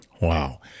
Wow